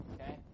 okay